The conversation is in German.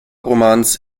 romans